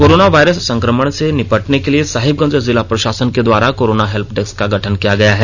corona virus संक्रमण से निपटने के लिए साहिबगंज जिला प्रशासन के द्वारा कोरोना हेल्पडेस्क का गठन किया गया है